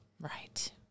Right